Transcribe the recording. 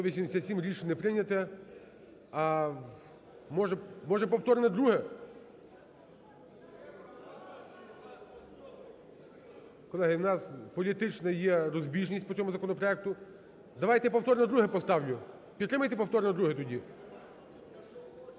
187. Рішення прийняте. А… може, повторне друге? Колеги, в нас політична є розбіжність по цьому законопроекту. Давайте повторне друге поставлю. Підтримаєте повторне друге тоді?